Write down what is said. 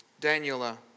Daniela